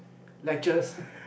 lectures